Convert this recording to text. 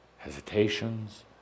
hesitations